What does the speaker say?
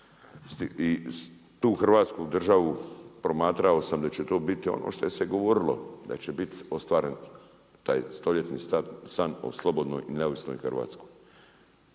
i tu Hrvatsku državu promatrao sam da će to biti ono što je se govorilo da će biti ostvaren taj stoljetni san o slobodnoj i neovisnoj Hrvatskoj.